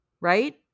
right